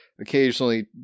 occasionally